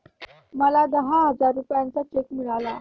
मला दहा हजार रुपयांचा चेक मिळाला